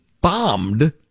bombed